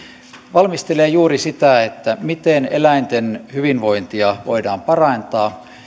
valmistelee juuri sitä miten eläinten hyvinvointia voidaan parantaa